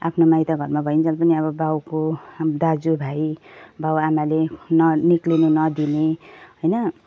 आफ्नो माइतघरमा भइन्जेल पनि अब बाबुको दाजुभाइ बाबुआमाले न निस्किनु नदिने होइन